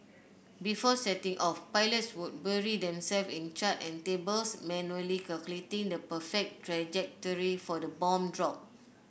before setting off pilots would bury themselves in charts and tables manually calculating the perfect trajectory for the bomb drop